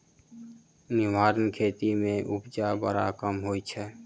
निर्वाह खेती मे उपजा बड़ कम होइत छै